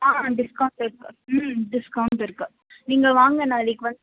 ஆ discount இருக்குது ம் discounts இருக்குது நீங்கள் வாங்க நாளைக்கு வந்து